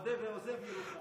מודה ועוזב ירוחם.